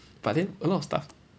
but then a lot of stuff